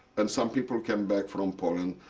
and some people came back from poland,